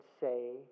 say